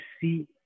see